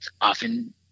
Often